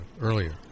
earlier